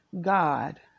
God